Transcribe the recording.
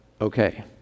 okay